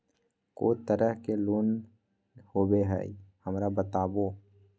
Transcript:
को तरह के लोन होवे हय, हमरा बताबो?